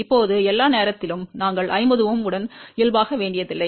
இப்போது எல்லா நேரத்திலும் நாங்கள் 50 Ω உடன் இயல்பாக்க வேண்டியதில்லை